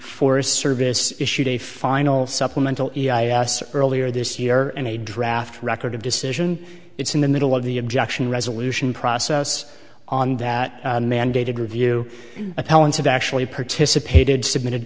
forest service issued a final supplemental earlier this year and a draft record of decision it's in the middle of the objection resolution process on that mandated review appellants of actually participated submitted